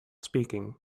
speaking